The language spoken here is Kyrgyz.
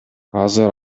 азыр